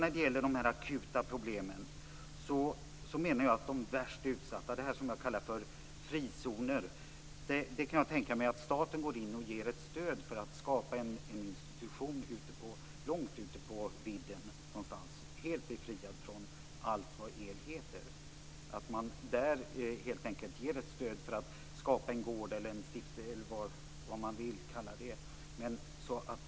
När det gäller de akuta problemen kan jag tänka mig att staten går in och ger ett stöd för att skapa en institution långt ute på vidden, som är helt befriad från allt vad el heter, för att ge de värst utsatta en frizon att fly till där de också blir omhändertagna på rätt sätt.